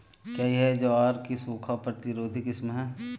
क्या यह ज्वार की सूखा प्रतिरोधी किस्म है?